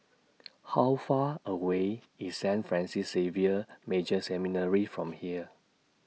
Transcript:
How Far away IS Saint Francis Xavier Major Seminary from here